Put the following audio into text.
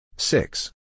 Six